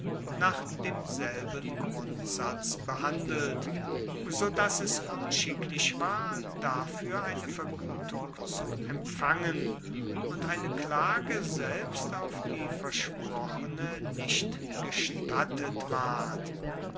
nach demselben grundsatz behandelt so dass es unschicklich war dafuer eine verguetung zu empfangen und eine klage selbst auf die versprochene nicht gestattet ward